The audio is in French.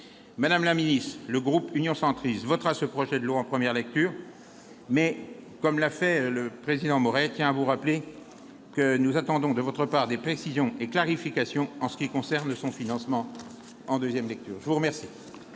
Madame la ministre, le groupe Union Centriste votera ce projet de loi en première lecture, mais, avec le président Maurey, il tient à vous rappeler que nous attendons de votre part des précisions et des clarifications en ce qui concerne son financement. La parole est à M. Jérôme